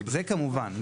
זה כמובן.